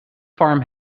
farm